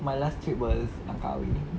my last trip was langkawi